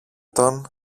τον